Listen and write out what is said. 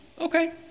okay